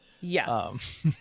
Yes